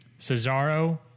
cesaro